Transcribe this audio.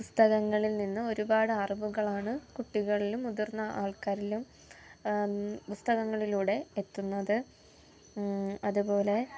ഈ സ്ഥലങ്ങളിൽ നിന്നും ഒരുപാട് അറിവുകളാണ് കുട്ടികളിലും മുതിർന്ന ആൾക്കാരിലും സ്ഥലങ്ങളിലൂടെ എത്തുന്നത് അതുപോലെ